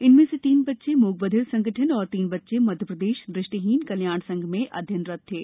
इनमें से तीन बच्चे म्रकबधिर संगठन और तीन बच्चे मध्यप्रदेश दृष्टिहीन कल्याण संघ में अध्ययनरत थे